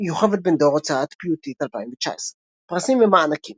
יוכבד בן דור, הוצאת פיוטית, 2019. פרסים ומענקים